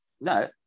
No